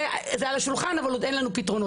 זה על השולחן אבל עוד אין לנו פתרונות,